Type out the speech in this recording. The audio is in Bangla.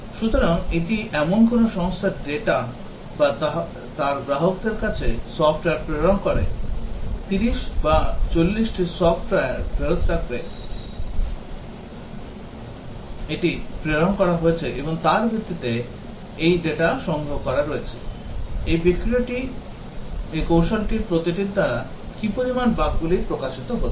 সুতরাং এটি এমন কোনও সংস্থার ডেটা যা তার গ্রাহকদের কাছে সফ্টওয়্যার প্রেরণ করে 30 বা 40 টি সফ্টওয়্যার হতে পারে যা এটি প্রেরণ করেছে তার উপর ভিত্তি করে এই data সংগ্রহ করেছে এই কৌশলটির প্রতিটির দ্বারা কী পরিমাণ বাগগুলি প্রকাশিত হচ্ছে